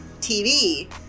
tv